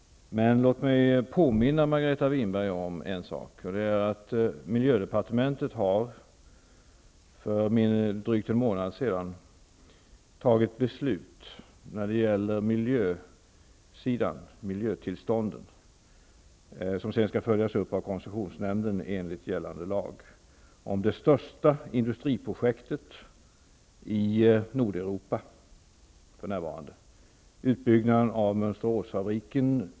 Låt mig påminna Margareta Winberg om att miljödepartementet för drygt en månad sedan fattade beslut om miljötillstånd, som sedan skall följas upp av koncessionsnämnden enligt gällande lag, om det största industriprojektet i Nordeuropa för närvarande. Det gäller utbyggnaden av Mönsteråsfabriken.